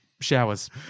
showers